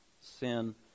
sin